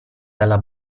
dalla